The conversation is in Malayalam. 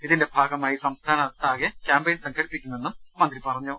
ഇതിന്റെ ഭാഗമായി സംസ്ഥാനത്താകെ ക്യാമ്പയിൻ സംഘടി പ്പിക്കുമെന്നും മന്ത്രി പറഞ്ഞു